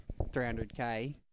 300k